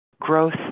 growth